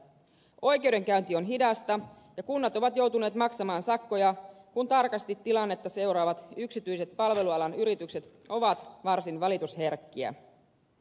oikeudenkäynti on hidasta ja kunnat ovat joutuneet maksamaan sakkoja kun tarkasti tilannetta seuraavat yksityiset palvelualan yritykset ovat varsin valitusherkkiä